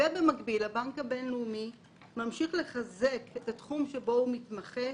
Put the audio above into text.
הבנק הבינלאומי ממשיך לחזק את התחום שבו הוא מתמחה,